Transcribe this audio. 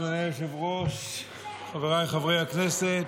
אדוני היושב-ראש, חבריי חברי הכנסת,